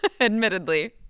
Admittedly